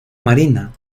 marina